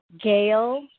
Gail